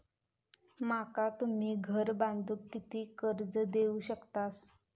माका तुम्ही घर बांधूक किती कर्ज देवू शकतास?